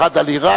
אחד על עירק,